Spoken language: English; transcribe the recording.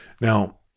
now